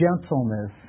gentleness